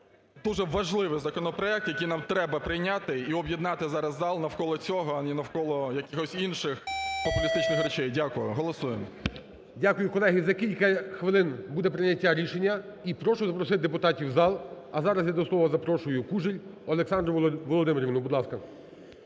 дуже важливий законопроект, який нам треба прийняти, і об'єднати зараз зал навколо цього, а не навколо якихось інших популістичних речей. Дякую. Голосуємо. ГОЛОВУЮЧИЙ. Дякую. Колеги, за кілька хвилин буде прийняття рішення. І прошу запросити депутатів в зал. А зараз я до слова запрошую Кужель Олександру Володимирівну. Будь ласка.